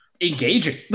engaging